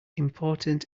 important